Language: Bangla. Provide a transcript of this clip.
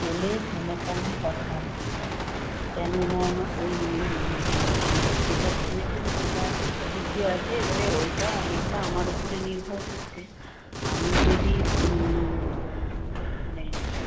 এলে সামনাসামনি কথা হবে সব কেননা ওই যেটা শুনেছেন সেটা ঠিকই আছে এবারে ওইটা অনেকটা আমার ওপরে নির্ভর করছে আমি যদি মানে